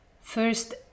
first